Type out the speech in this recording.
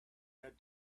had